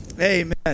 Amen